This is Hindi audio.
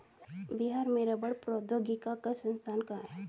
बिहार में रबड़ प्रौद्योगिकी का संस्थान कहाँ है?